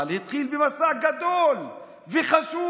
אבל הוא התחיל במסע גדול וחשוב.